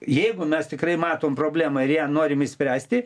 jeigu mes tikrai matom problemą ir ją norim išspręsti